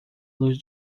luz